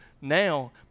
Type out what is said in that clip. now